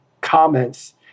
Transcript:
comments